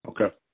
Okay